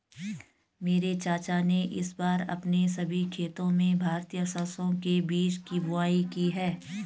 मेरे चाचा ने इस बार अपने सभी खेतों में भारतीय सरसों के बीज की बुवाई की है